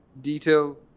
detail